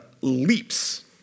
leaps